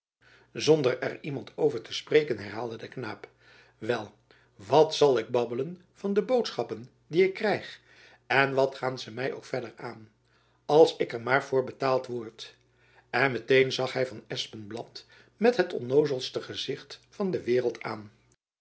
zonder er iemand over te spreiken herhaalde de knaap wel wat zel ik babbelen van de boodschappen die ik krijg en wat gain ze mijn ook verder an as ik er mair voor betaald word en met-een zag hy van espenblad met het onnoozelste gezicht van de waereld aan